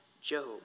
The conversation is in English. Job